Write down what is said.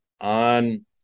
on